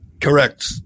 Correct